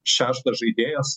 šeštas žaidėjas